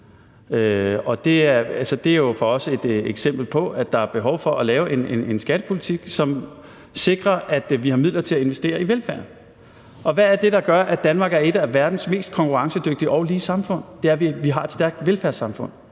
det er jo for os et eksempel på, at der er behov for at lave en skattepolitik, som sikrer, at vi har midler til at investere i velfærden. Og hvad er det, der gør, at Danmark er et af verdens mest konkurrencedygtige og lige samfund? Det er, at vi har et stærkt velfærdssamfund.